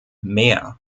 mehr